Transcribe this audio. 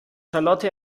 charlotte